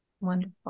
Wonderful